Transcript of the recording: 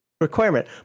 requirement